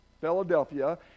Philadelphia